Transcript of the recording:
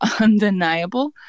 undeniable